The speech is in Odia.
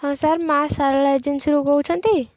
ହଁ ସାର୍ ମା ଶାରଳା ଏଜେନ୍ସିରୁ କହୁଛନ୍ତି